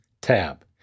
tab